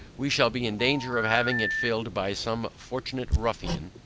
we shall be in danger of having it filled by some fortunate ruffian,